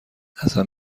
ازم